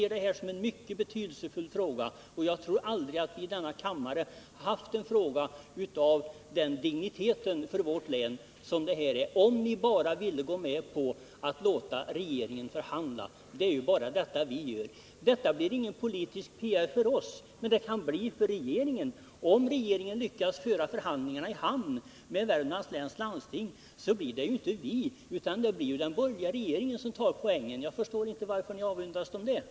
Vi ser den som mycket betydelsefull — jag tror att vi aldrig förr idenna kammare haft en fråga av den digniteten för vårt län — om ni bara ville gå med på att låta regeringen förhandla. Det är ju bara detta vi ber om. Det blir ingen politisk PR för oss, men det kan det bli för regeringen; om regeringen lyckas få föra förhandlingarna med Värmlands läns landsting i hamn, så blir det ju inte vi utan det blir den borgerliga regeringen som tar poängen. Jag förstår inte varför ni avundas regeringen det.